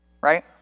Right